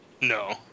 no